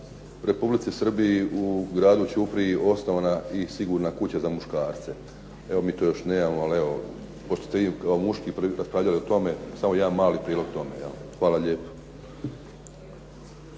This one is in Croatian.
Republici Srbiji u gradu Ćupriji osnovana i sigurna kuća za muškarce. Evo mi to još nemamo, ali evo pošto ste vi kao muški prvi raspravljali o tome samo jedan mali prilog tome. Hvala lijepo.